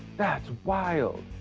that's wild.